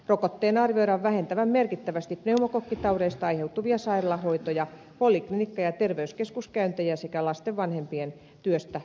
rokotteen arvioidaan vähentävän merkittävästi pneumokokkitaudeista aiheutuvia sairaalahoitoja poliklinikka ja terveyskeskuskäyntejä sekä lasten vanhempien työstäpoissaolopäiviä